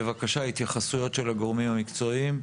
בבקשה, התייחסויות של הגורמים המקצועיים.